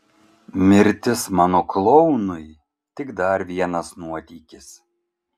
mirtis mano klounui tik dar vienas nuotykis